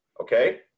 okay